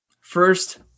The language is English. First